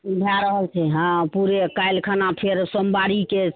भए रहल छै हँ पूरे काल्हि खना फेर सोमवारीके